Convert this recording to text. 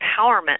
empowerment